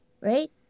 right